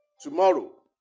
tomorrow